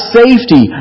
safety